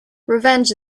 revenge